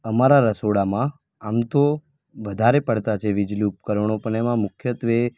અમારા રસોડામાં આમ તો વધારે પડતાં જે વીજળી ઉપકરણો પણ તેમાં મુખ્યત્ત્વે